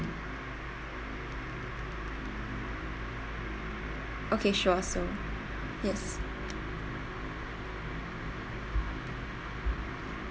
okay sure so yes